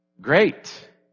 Great